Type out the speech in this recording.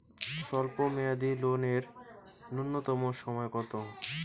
স্বল্প মেয়াদী লোন এর নূন্যতম সময় কতো?